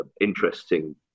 interesting